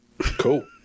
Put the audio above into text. Cool